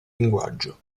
linguaggio